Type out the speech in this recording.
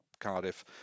Cardiff